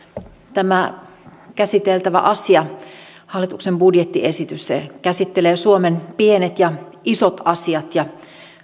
tämä käsiteltävä asia hallituksen budjettiesitys käsittelee suomen pienet ja isot asiat ja